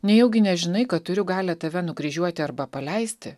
nejaugi nežinai kad turiu galią tave nukryžiuoti arba paleisti